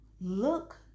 look